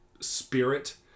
spirit